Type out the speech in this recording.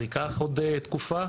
זה ייקח עוד תקופה.